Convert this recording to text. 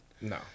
no